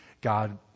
God